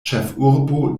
ĉefurbo